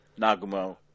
Nagumo